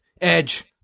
Edge